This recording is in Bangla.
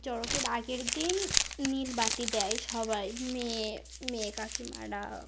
চড়কের আগের দিন নীল বাতি দেয় সবাই মেয়ে মেয়ে কাকিমারা